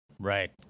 Right